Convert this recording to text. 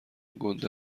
گنده